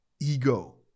ego